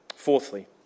Fourthly